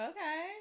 Okay